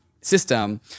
system